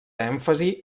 èmfasi